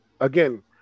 again